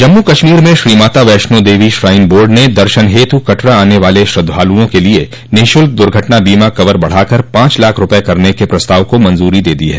जम्मू कश्मीर में Shri Mata Vaishno Devi shrine board ने दर्शन हेतु कटरा आने वाले श्रद्धालुओं के लिए निःशुल्क दूर्घटना बीमा कवर बढ़ाकर पांच लाख रुपये करने के प्रस्ताव को मंजरी दे दी है